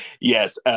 Yes